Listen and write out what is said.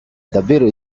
davvero